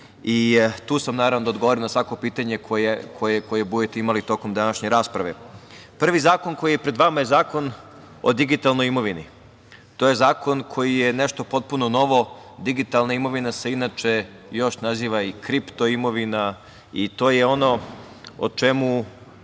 Tu sam, naravno, da odgovorim na svako pitanje koje budete imali tokom današnje rasprave. Prvi zakon koji je pred vama je Zakon o digitalnoj imovini. To je zakon koji je nešto potpuno novo. Digitalna imovina se inače još naziva i kripto imovina, i to je o čemu